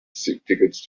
tickets